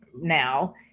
now